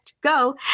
go